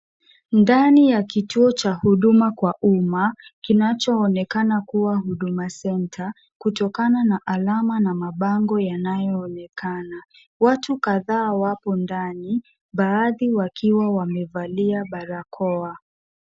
Ndani ya kituo cha huduma kwa umma kinachoonekana kuwa Huduma Center , kutokana na alama na mabango yanayoonekana. Watu kadhaa wapo ndani baadhi wakiwa wamevalia barakoa.